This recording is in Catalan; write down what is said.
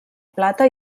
plata